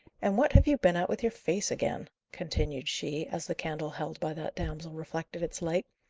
and what have you been at with your face again? continued she, as the candle held by that damsel reflected its light.